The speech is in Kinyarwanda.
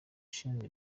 ishinzwe